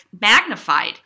Magnified